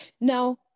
Now